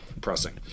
pressing